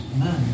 Amen